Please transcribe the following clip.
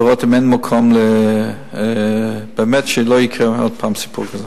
לראות אם אין מקום באמת כדי שלא יקרה עוד פעם סיפור כזה.